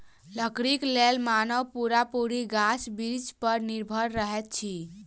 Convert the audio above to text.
लकड़ीक लेल मानव पूरा पूरी गाछ बिरिछ पर निर्भर रहैत अछि